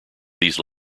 these